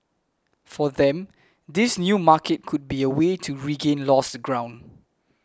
for them this new market could be a way to regain lost ground